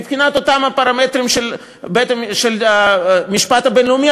מבחינת אותם הפרמטרים של המשפט הבין-לאומי,